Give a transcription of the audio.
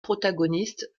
protagonistes